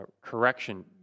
correction